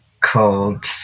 called